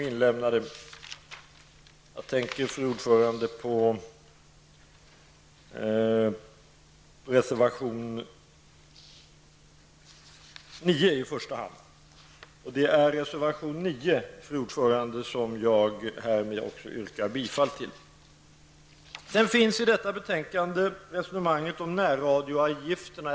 Jag tänker i första hand på reservation 9, och det är den som jag härmed, fru talman, också yrkar bifall till. I detta betänkande tas också upp resonemanget om närradioavgifterna.